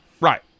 Right